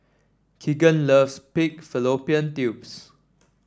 Kegan loves Pig Fallopian Tubes